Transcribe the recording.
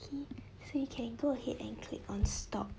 okay so you can go ahead and click on stop